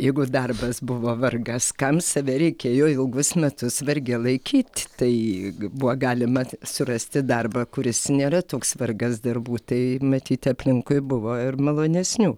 jeigu darbas buvo vargas kam save reikėjo ilgus metus varge laikyti tai buvo galima surasti darbą kuris nėra toks vargas darbų tai matyti aplinkui buvo ir malonesnių